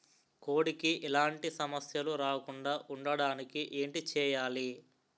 కోడి కి ఎలాంటి సమస్యలు రాకుండ ఉండడానికి ఏంటి చెయాలి?